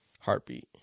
heartbeat